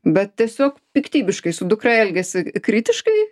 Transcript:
bet tiesiog piktybiškai su dukra elgiasi kritiškai